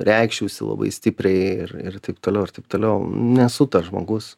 reikščiausi labai stipriai ir ir taip toliau ir taip toliau nesu tas žmogus